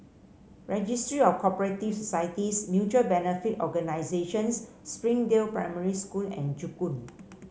Registry of Co operative Societies Mutual Benefit Organisations Springdale Primary School and Joo Koon